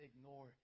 ignore